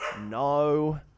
no